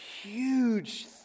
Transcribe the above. huge